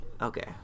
Okay